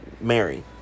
Mary